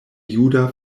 juda